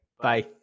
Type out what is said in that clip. Bye